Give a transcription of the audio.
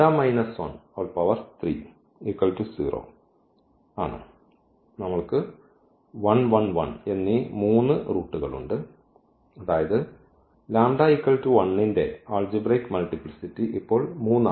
അതിനാൽ നമ്മൾക്ക് 1 1 1 എന്നീ 3 റൂട്ടുകളുണ്ട് അതായത് ഈ ന്റെ ആൾജിബ്രയ്ക് മൾട്ടിപ്ലിസിറ്റി ഇപ്പോൾ 3 ആണ്